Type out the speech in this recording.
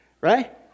right